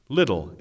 Little